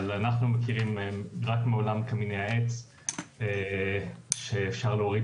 אבל אנחנו מכירים רק מעולם קמיני העץ שאפשר להוריד